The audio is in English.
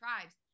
tribes